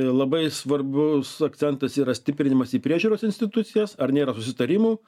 labai svarbus akcentas yra stiprinimas į priežiūros institucijas ar nėra susitarimų